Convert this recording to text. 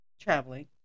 Traveling